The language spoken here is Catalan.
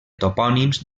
topònims